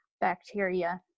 bacteria